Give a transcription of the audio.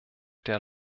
der